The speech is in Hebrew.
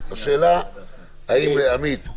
עמית,